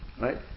right